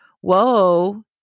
Whoa